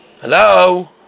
Hello